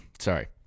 Sorry